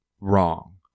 wrong